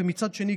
ומצד שני,